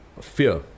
fear